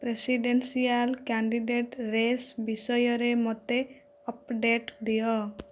presidential candidate race ବିଷୟରେ ମୋତେ update ଦିଅ